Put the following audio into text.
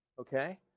okay